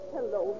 Hello